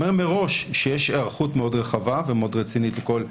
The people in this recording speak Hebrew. מראש שיש היערכות מאוד רחבה ומאוד רצינית לכל בחינה.